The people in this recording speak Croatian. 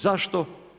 Zašto?